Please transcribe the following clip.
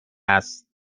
است